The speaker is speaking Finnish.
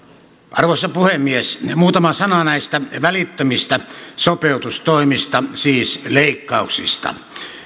arvoisa puhemies muutama sana näistä välittömistä sopeutustoimista siis leikkauksista